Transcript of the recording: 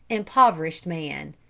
impoverished man.